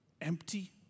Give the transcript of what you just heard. empty